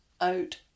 out